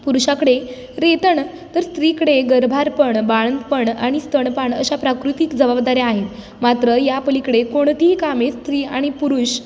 पुरुषाकडे रेतण तर स्त्रीकडे गर्भारपण बाळंतपण आणि स्तनपान अशा प्राकृतिक जबाबदाऱ्या आहेत मात्र या पलीकडे कोणतीही कामे स्त्री आणि पुरुष